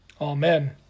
Amen